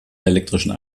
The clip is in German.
elektrischen